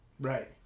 Right